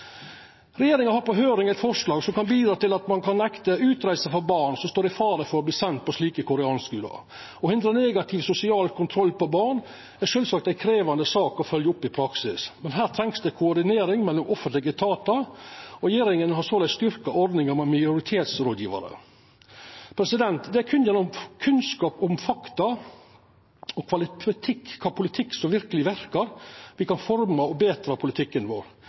Regjeringa har på høyring eit forslag som kan bidra til at ein kan nekta utreise for barn som står i fare for å verta sende på slike koranskular. Å hindra negativ sosial kontroll av barn er sjølvsagt ei krevjande sak å følgja opp i praksis. Her trengst det koordinering mellom offentlege etatar, og regjeringa har såleis styrkt ordninga med minoritetsrådgjevarar. Det er berre gjennom kunnskap om fakta og kva politikk som verkeleg verkar, me kan forma og betra politikken vår,